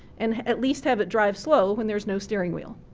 and at least have it drive slow when there is no steering wheel.